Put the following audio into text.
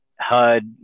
hud